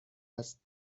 است